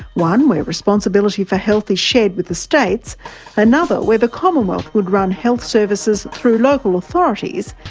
one where responsibility for health is shared with the states another where the commonwealth would run health services through local authorities,